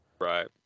Right